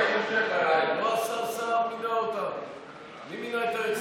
מי מינה אותם,